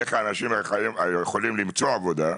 כי איך אנשים יכולים למצוא עבודה?